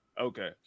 Okay